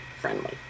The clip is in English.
friendly